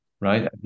Right